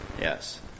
yes